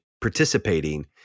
participating